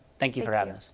thank you for having